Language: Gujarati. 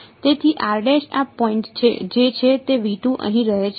તેથી આ પોઈન્ટ જે છે તે અહીં રહે છે